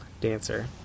dancer